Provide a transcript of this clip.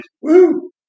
Woo